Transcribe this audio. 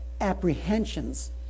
apprehensions